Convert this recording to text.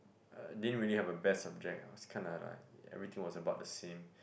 uh didn't really have a best subject ah was kinda like everything was about the same